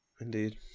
indeed